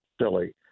silly